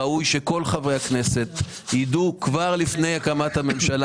ראוי שכל חברי הכנסת ידעו כבר לפני הקמת הממשלה,